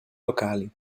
locali